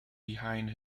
behind